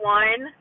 one